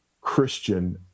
Christian